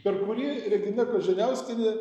per kurį regina koženiauskienė